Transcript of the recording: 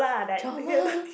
drama